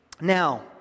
Now